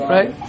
Right